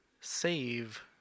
save